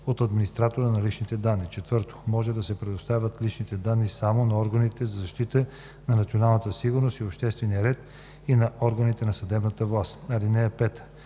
от администратора на личните данни; 4. може да предоставят личните данни само на органите за защита на националната сигурност и обществения ред и на органите на съдебната власт. (5) В